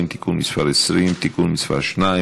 נכי רדיפות הנאצים (תיקון מס' 20) (תיקון מס' 2)